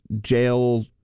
jail